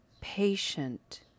patient